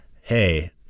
hey